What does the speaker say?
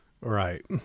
Right